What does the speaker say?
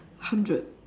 hundred